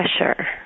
pressure